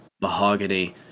mahogany